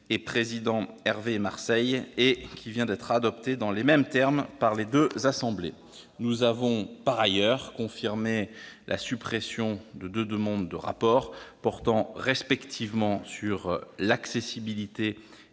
collègue Hervé Marseille, qui vient d'être adoptée dans les mêmes termes par les deux assemblées. Nous avons par ailleurs confirmé la suppression de deux demandes de rapport, portant respectivement sur l'accessibilité